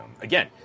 Again